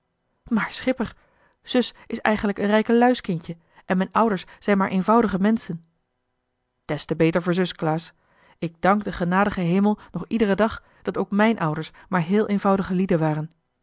maar schipper zus is eigenlijk een rijkelui's kindje en m'n ouders zijn maar eenvoudige menschen de te beter voor zus klaas ik dank den genadigen hemel nog iederen dag dat ook mijn ouders maar heel eenvoudige lieden waren